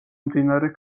მდინარე